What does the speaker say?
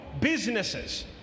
businesses